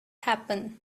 happen